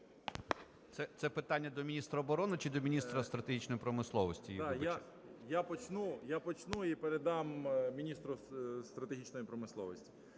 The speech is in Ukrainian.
Це питання до міністра оборони чи міністра стратегічної промисловості? 11:45:49 ШМИГАЛЬ Д.А. Я почну і передам міністру стратегічної промисловості.